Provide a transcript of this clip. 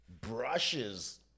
brushes